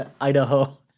Idaho